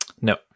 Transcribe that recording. no